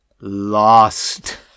lost